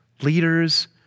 leaders